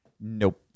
Nope